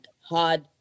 hard